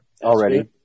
already